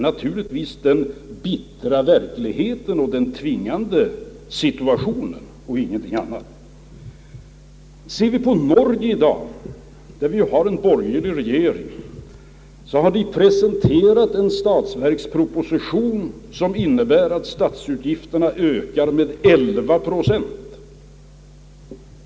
Naturligtvis den bittra verkligheten, den tvingade situationen — ingenting annat. I Norge har den borgerliga regeringen presenterat en statsverksproposition, som innebär att statsutgifterna ökar med 11 procent.